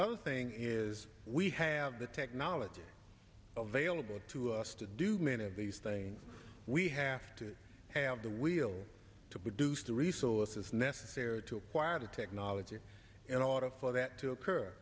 other thing is we have the technology available to us to do many of these things we have to have the will to produce the resources necessary to acquire the technology and a lot of for that to occur